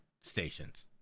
stations